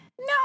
No